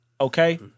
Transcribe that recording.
Okay